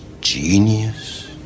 genius